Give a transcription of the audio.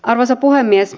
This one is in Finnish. arvoisa puhemies